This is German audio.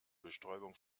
bestäubung